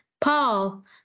Paul